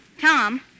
Tom